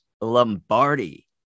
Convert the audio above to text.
Lombardi